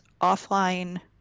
offline